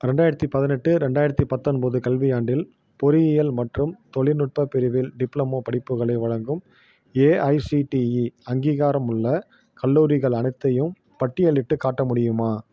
ரெண்டாயிரத்து பதினெட்டு ரெண்டாயிரத்து பத்தொன்பது கல்வியாண்டில் பொறியியல் மற்றும் தொழில்நுட்ப பிரிவில் டிப்ளமோ படிப்புகளை வழங்கும் ஏஐசிடிஇ அங்கீகாரமுள்ள கல்லூரிகள் அனைத்தையும் பட்டியலிட்டுக் காட்ட முடியுமா